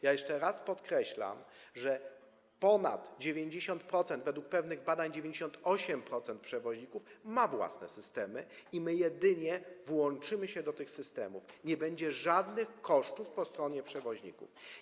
Jeszcze raz podkreślam, że ponad 90%, według pewnych badań 98%, przewoźników ma własne systemy i my jedynie włączymy się do tych systemów, nie będzie żadnych kosztów po stronie przewoźników.